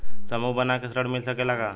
समूह बना के ऋण मिल सकेला का?